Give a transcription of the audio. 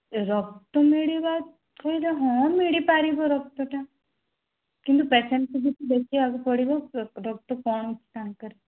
ରକ୍ତ ମିଳିବା ସୁବିଧା ହଁ ମିଳିପାରିବ ରକ୍ତଟା କିନ୍ତୁ ପେସେଣ୍ଟ୍କୁ ଯାଇକି ଦେଖିବାକୁ ପଡ଼ିବ ରକ୍ତ କ'ଣ ହେଉଛି ତାଙ୍କର